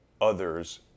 others